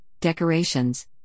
decorations